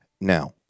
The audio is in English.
Now